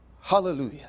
Hallelujah